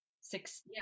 six